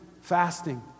fasting